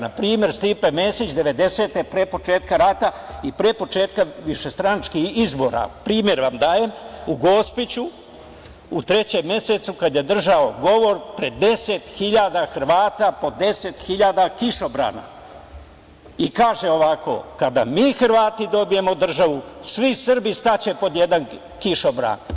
Na primer, Stipe Mesić 90-te pre početka rata i pre početka višestranačkih izbora, primer vam dajem, u Gospiću u trećem mesecu, kada je držao govor pred 10.000 Hrvata pod 10.000 kišobrana, kaže – kada mi Hrvati dobijemo državu svi Srbi staće pod jedan kišobran.